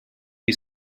you